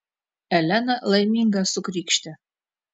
elena laiminga sukrykštė